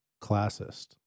Classist